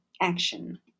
action